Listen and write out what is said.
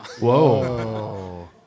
Whoa